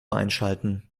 einschalten